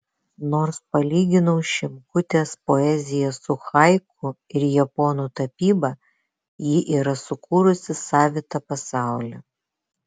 nors palyginau šimkutės poeziją su haiku ir japonų tapyba ji yra sukūrusi savitą pasaulį